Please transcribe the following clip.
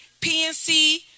PNC